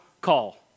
call